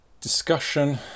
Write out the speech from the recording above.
discussion